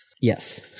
Yes